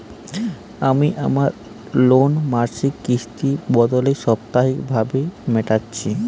আমি আমার লোন মাসিক কিস্তির বদলে সাপ্তাহিক ভাবে মেটাচ্ছি